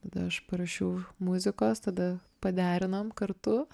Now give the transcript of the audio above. tada aš parašiau muzikos tada paderinam kartu